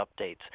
updates